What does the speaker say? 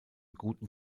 guten